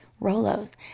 Rolos